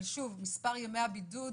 אבל שוב, מספר ימי הבידוד